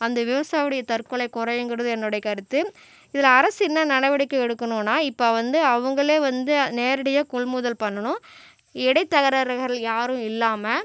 அந்த விவசாயி உடைய தற்கொலை குறையுங்கிறது என்னுடைய கருத்து இதில் அரசு என்ன நடவடிக்கை எடுக்கணுன்னால் இப்போ வந்து அவங்களே வந்து நேரடியாக கொள்முதல் பண்ணணும் இடைத்தரகர்கள் யாரும் இல்லாமல்